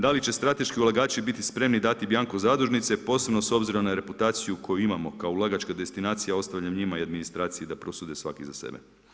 Da li će strateški ulagači biti spremni dati bjanko zadužnice, posebno s obzirom na reputaciju koju imamo kao ulagačka destinacija, ostavljam njima i administraciji da prosude svaki za sebe.